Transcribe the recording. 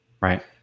Right